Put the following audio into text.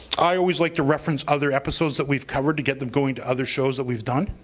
i always like to reference other episodes that we've covered to get them going to other shows that we've done.